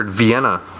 Vienna